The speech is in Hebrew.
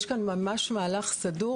יש כאן ממש מהלך סדור.